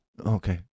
Okay